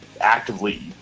actively